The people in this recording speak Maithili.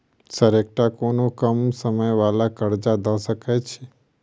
सर एकटा कोनो कम समय वला कर्जा दऽ सकै छी?